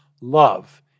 love